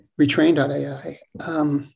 Retrain.ai